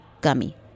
gummy